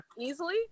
easily